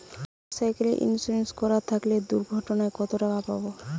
Motorcycle insurance করা থাকলে দুঃঘটনায় কতটাকা পাব?